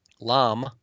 lam